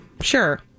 sure